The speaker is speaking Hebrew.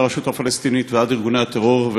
מהרשות הפלסטינית ועד ארגוני הטרור,